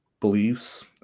beliefs